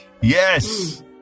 Yes